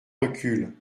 recule